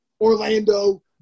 Orlando